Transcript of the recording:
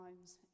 times